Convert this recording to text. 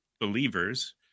believers